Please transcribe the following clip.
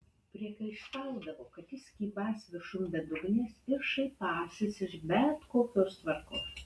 priekaištaudavo kad jis kybąs viršum bedugnės ir šaipąsis iš bet kokios tvarkos